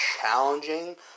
challenging